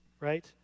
right